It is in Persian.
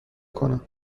کنم